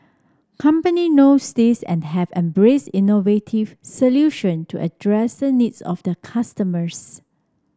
company knows this and have embraced innovative solution to address the needs of their customers